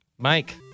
Mike